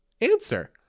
Answer